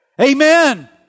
Amen